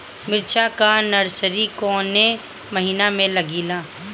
मिरचा का नर्सरी कौने महीना में लागिला?